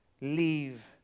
leave